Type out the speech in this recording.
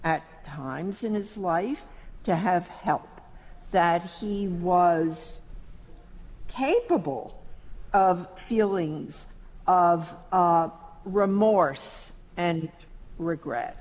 at times in his life to have help that he was capable of feelings of remorse and regret